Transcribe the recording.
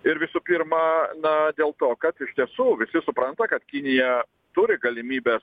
ir visų pirma na dėl to kad iš tiesų visi supranta kad kinija turi galimybes